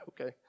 Okay